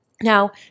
Now